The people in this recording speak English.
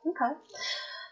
Okay